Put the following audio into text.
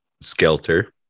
skelter